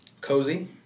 Cozy